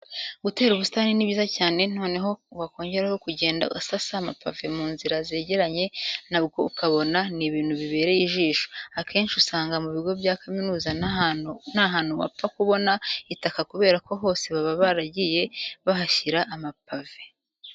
Gutera ubusitani ni byiza cyane, noneho wakongeraho kugenda usasa amapave mu nzira zegeranye na bwo ukabona ni ibintu bibereye ijisho. Akenshi usanga mu bigo bya kaminuza nta hantu wapfa kubona itaka kubera ko hose baba baragiye bahashyira amapave.